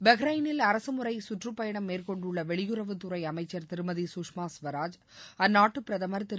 பஹ்ரைனில் அரசுமுறை சுற்றுப்பயணம் மேற்கொண்டுள்ள வெளியுறவுத்துறை அமைச்சர் திருமதி சுஷ்மா ஸ்வராஜ் அந்நாட்டுப் பிரதமா் திரு